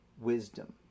wisdom